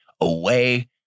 away